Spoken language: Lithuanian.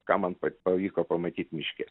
ką man pavyko pamatyt miške